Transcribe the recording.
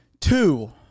two